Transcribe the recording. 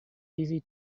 easy